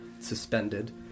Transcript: Suspended